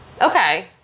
okay